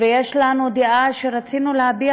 ויש לנו דעה שרצינו להביע,